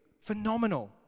Phenomenal